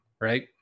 Right